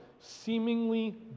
seemingly